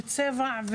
צבע,